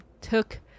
took